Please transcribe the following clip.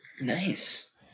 Nice